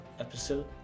episode